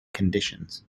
conditions